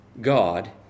God